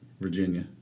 Virginia